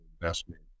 investment